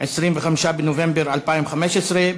25 בנובמבר 2015,